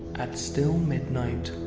at still midnight,